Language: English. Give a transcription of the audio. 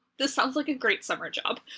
this sounds like a great summer job!